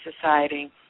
Society